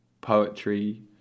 poetry